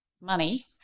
money